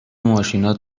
ماشینا